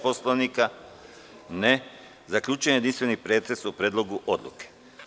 Poslovnika? (Ne) Zaključujem jedinstveni pretres o Predlogu odluke.